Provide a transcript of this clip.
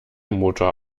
motor